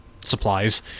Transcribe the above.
supplies